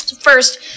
First